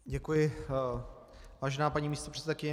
Děkuji, vážená paní místopředsedkyně.